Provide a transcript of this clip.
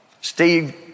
Steve